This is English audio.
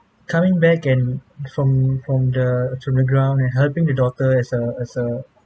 coming back and from from the to the ground and helping the daughter as a as a